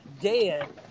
dead